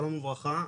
שלום וברכה,